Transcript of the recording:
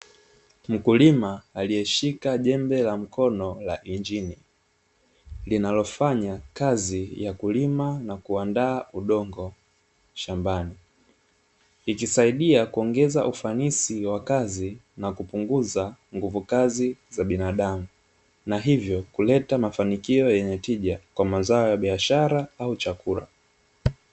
Mkulima aliyeshika jembe la mkono la injini linalofanyakazi ya kulima na kuandaa udongo shambani. Ikisaidia kuongeza ufanisi wa kazi na kupunguza nguvu kazi za binadamu, na hivyo kuleta mafanikio yenye tija kwa mazao ya biashara au chakula.